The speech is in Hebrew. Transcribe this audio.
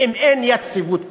אם אין יציבות פוליטית.